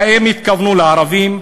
האם התכוונו לערבים,